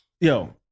Yo